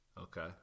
Okay